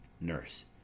Nurse